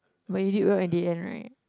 but you did well at the end right